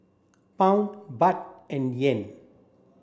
Pound Baht and Yen